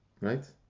right